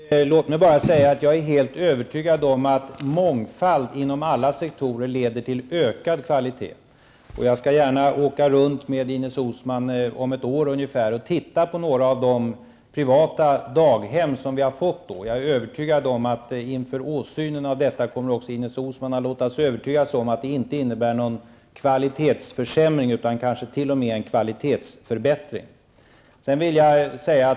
Herr talman! Låt mig bara säga att jag är helt övertygad om att mångfald inom alla sektorer leder till ökat kvalitet. Jag skall gärna åka runt med Ines Uusmann om ungefär ett år och titta på några av de privata daghem som då har startats. Jag är säker på att hon inför åsynen av dessa kommer att låta sig övertygas om att det inte innebär någon kvalitetsförsämring utan kanske t.o.m. en kvalitetsförbättring.